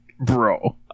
Bro